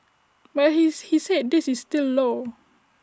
but his he said this is still low